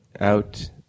out